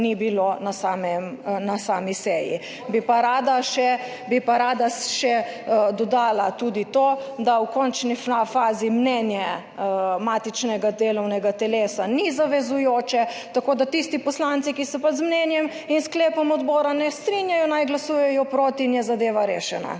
ni bilo na sami seji. Bi pa rada še, bi pa rada še dodala tudi to, da v končni fazi mnenje matičnega delovnega telesa ni zavezujoče, tako da tisti poslanci, ki se pa z mnenjem in sklepom odbora ne strinjajo, naj glasujejo proti in je zadeva rešena.